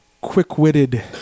quick-witted